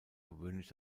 gewöhnlich